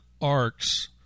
arcs